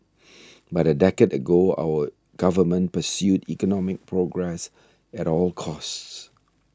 but a decade ago our Government pursued economic progress at all costs